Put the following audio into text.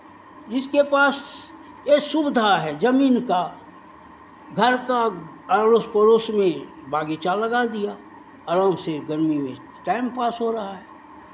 जिसके पास ये सुविधा है जमीन का घर का अड़ोस पड़ोस में बगीचा लगा दिया आराम से गर्मी में टाइम पास हो रहा है